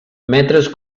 metres